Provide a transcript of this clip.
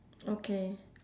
okay